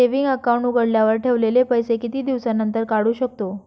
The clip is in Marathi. सेविंग अकाउंट उघडल्यावर ठेवलेले पैसे किती दिवसानंतर काढू शकतो?